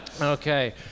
Okay